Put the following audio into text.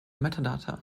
metadata